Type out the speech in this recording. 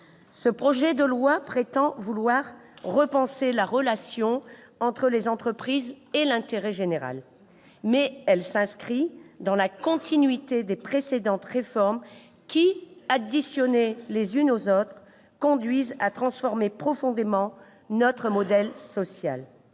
Ce projet de loi prétend repenser la relation entre les entreprises et l'intérêt général. Mais il s'inscrit dans la continuité des précédentes réformes qui, additionnées les unes aux autres, conduisent à transformer profondément notre modèle social.